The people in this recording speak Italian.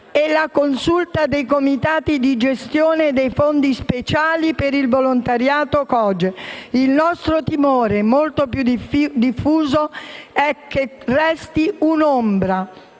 e la Consulta dei comitati di gestione dei fondi speciali per il volontariato (COGE). Il nostro timore molto più diffuso, invece, è che resti un'ombra,